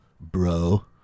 bro